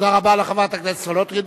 תודה רבה לחברת הכנסת סולודקין.